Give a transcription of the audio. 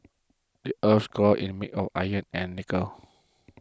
the earth's core is made of iron and nickel